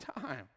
time